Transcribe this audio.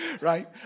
right